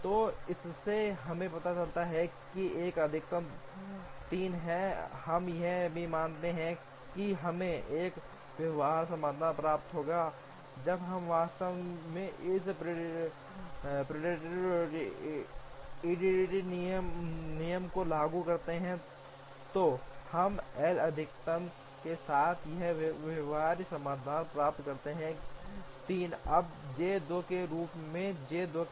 तो इससे हमें पता चलता है कि एल अधिकतम 3 है हम यह भी मानते हैं कि हमें एक व्यवहार्य समाधान प्राप्त होता है जब हम वास्तव में इस प्रीडेप्टिव ईडीडी नियम को लागू करते हैं तो हम एल अधिकतम के साथ एक व्यवहार्य समाधान प्राप्त करते हैं 3 अब जे 2 के रूप में जे 2 के साथ